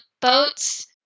boats